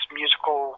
musical